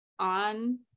On